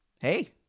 Hey